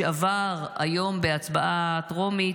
שעבר היום בהצבעה טרומית,